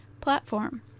platform